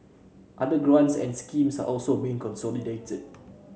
other grants and schemes are also being consolidated